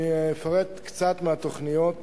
אני אפרט קצת מהתוכניות,